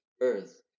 Earth